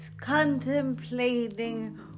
contemplating